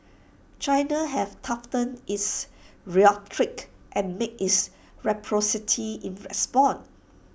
China have toughened its rhetoric and made reciprocity its response